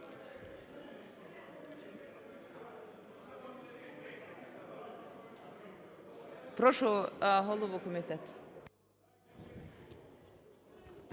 Прошу голову комітету.